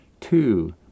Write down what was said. Two